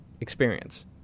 experience